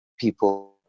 people